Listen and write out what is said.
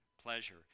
Pleasure